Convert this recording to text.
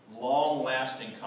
long-lasting